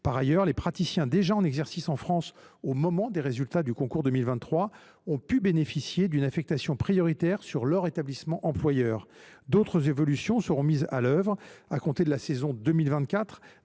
Par ailleurs, les praticiens qui exerçaient déjà en France au moment des résultats du concours de 2023 ont pu bénéficier d’une affectation prioritaire sur leur établissement employeur. D’autres évolutions seront mises en œuvre à compter de la saison 2024.